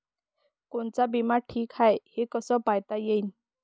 कोनचा बिमा ठीक हाय, हे कस पायता येईन?